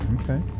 Okay